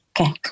okay